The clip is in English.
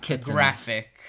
graphic